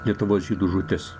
lietuvos žydų žūtis